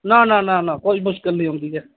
नां नां नां नां कोई मुश्कल नेईं औदीं ऐ